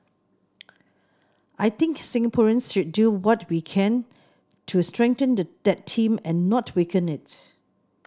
I think Singaporeans should do what we can to strengthened that team and not weaken it